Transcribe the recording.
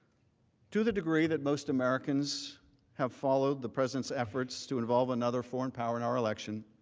to the degree that most americans have followed the president's efforts to involve another foreign power in our election,